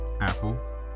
Apple